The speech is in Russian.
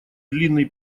длинный